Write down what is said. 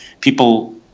people